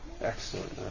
Excellent